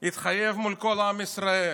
התחייב מול כל עם ישראל.